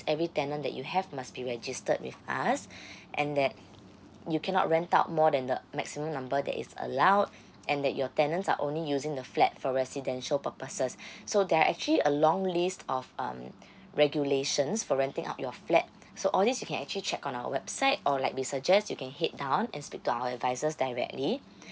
every tenant that you have must be registered with us and that you cannot rent out more than the maximum number that is allowed and that your tenants are only using the flat for residential purposes so there are actually a long list of um regulations for renting out your flat so all these you can actually check on our website or like we suggest you can head down and speak to our advisors directly